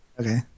okay